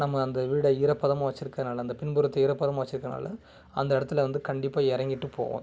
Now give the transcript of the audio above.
நம்ம அந்த வீடை ஈரப்பதமா வச்சுருக்குறனால அந்த பின்புறத்த ஈரப்பதமாக வச்சுருக்குறனால அந்த இடத்துல வந்து கண்டிப்பாக இறங்கிட்டு போகும்